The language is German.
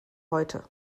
heute